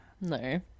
No